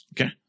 Okay